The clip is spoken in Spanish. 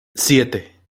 siete